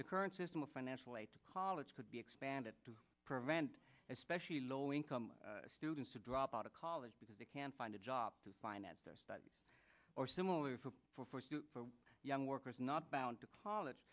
the current system of financial aid to college could be expanded to prevent especially low income students to drop out of college because they can't find a job to finance their studies or similar for young workers not bound to college